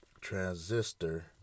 Transistor